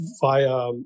via